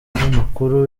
mukuru